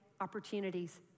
opportunities